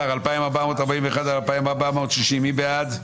רוויזיה על הסתייגויות 2400-2381, מי בעד?